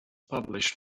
published